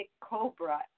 cobra